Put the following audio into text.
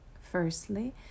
Firstly